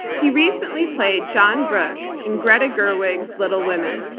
he recently played john brooke in greta gerwig's little women.